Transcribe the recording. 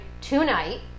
tonight